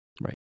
Right